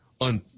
on